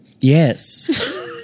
Yes